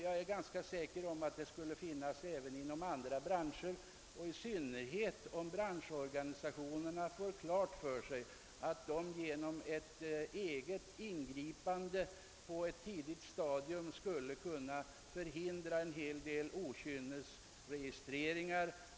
Jag är ganska säker på att ett sådant intresse skulle kunna finnas även inom andra branscher, i synnerhet om branschorganisationerna får klart för sig att de genom ett eget ingripande på ett tidigt stadium skulle kunna förhindra en hel del oberättigade registreringar.